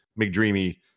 McDreamy